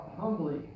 humbly